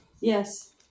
yes